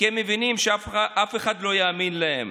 כי הם מבינים שאף אחד לא יאמין להם.